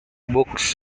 books